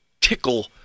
tickle